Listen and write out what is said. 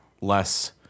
less